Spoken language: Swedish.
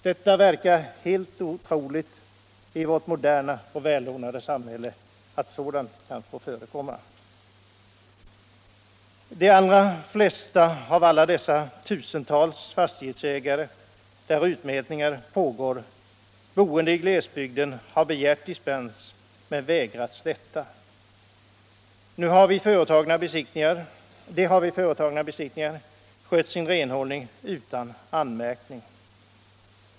Det verkar helt otroligt att sådant kan få förekomma i vårt moderna och välordnade samhälle. De allra flesta av de tusentals fastighetsägare som hotats av utmätningar ute i glesbygden har begärt dispens men vägrats detta. De har enligt vad som framkommit vid företagna besiktningar skött sin renhållning utan anmärkning.